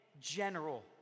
general